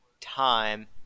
time